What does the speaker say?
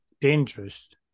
dangerous